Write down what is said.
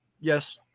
Yes